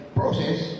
process